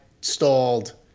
stalled